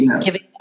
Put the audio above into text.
giving